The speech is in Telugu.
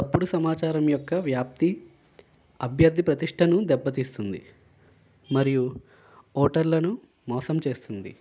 తప్పుడు సమాచారం యొక్క వ్యాప్తి అభ్యర్థి ప్రతిష్టను దెబ్బతీస్తుంది మరియు ఓటర్లను మోసం చేస్తుంది